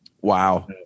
Wow